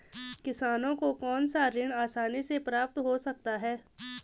किसानों को कौनसा ऋण आसानी से प्राप्त हो सकता है?